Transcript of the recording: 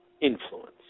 influence